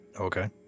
Okay